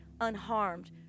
unharmed